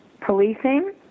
Policing